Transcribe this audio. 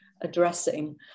addressing